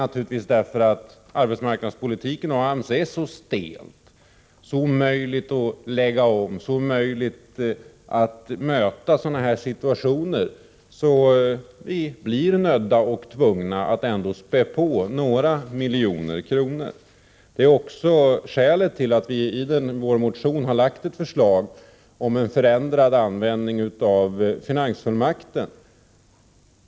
Anledningen är att arbetsmarknadspolitiken och AMS verksamhet är så stel och omöjlig att lägga om för att möta sådana här situationer att vi har tvingats spä på några miljoner kronor. Det är också skälet till att vi i vår motion har lagt fram ett förslag om en förändrad användning av finansfullmakten.